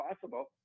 possible